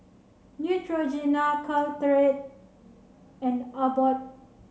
Neutrogena Caltrate and Abbott